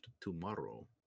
tomorrow